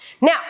Now